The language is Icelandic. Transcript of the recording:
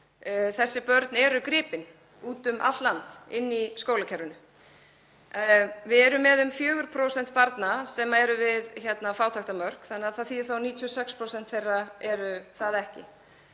Þessi börn eru gripin úti um allt land inni í skólakerfinu. Við erum með um 4% barna sem eru við fátæktarmörk þannig að það þýðir að 96% þeirra eru það ekki.